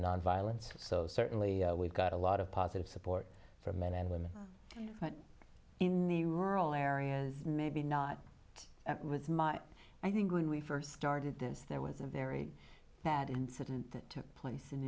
nonviolence so certainly we've got a lot of positive support for men and women in the rural areas maybe not with my i think when we first started there was a very bad incident took place in